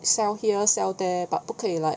sell here sell there but 不可以 like